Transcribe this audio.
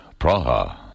Praha